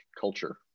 culture